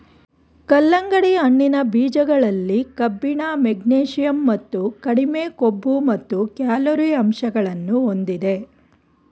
ಕಲ್ಲಂಗಡಿ ಹಣ್ಣಿನ ಬೀಜಗಳಲ್ಲಿ ಕಬ್ಬಿಣ, ಮೆಗ್ನೀಷಿಯಂ ಮತ್ತು ಕಡಿಮೆ ಕೊಬ್ಬು ಮತ್ತು ಕ್ಯಾಲೊರಿ ಅಂಶಗಳನ್ನು ಹೊಂದಿದೆ